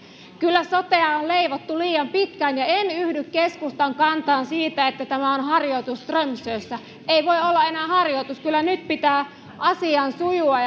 kyllä sotea on leivottu liian pitkään ja en yhdy keskustan kantaan siitä että tämä on harjoitus strömsössä ei voi olla enää harjoitus kyllä nyt pitää asian sujua